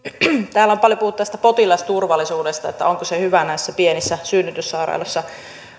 täällä on paljon puhuttu tästä potilasturvallisuudesta siitä onko se hyvä näissä pienissä synnytyssairaaloissa